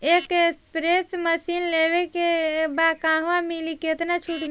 एक spray machine लेवे के बा कहवा मिली केतना छूट मिली?